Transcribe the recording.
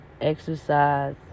exercise